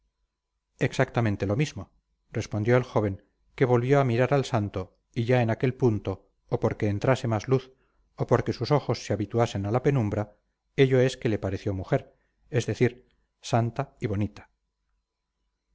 exactamente lo mismo respondió el joven que volvió a mirar al santo y ya en aquel punto o porque entrase más luz o porque sus ojos se habituasen a la penumbra ello es que le pareció mujer es decir santa y bonita